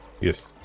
Yes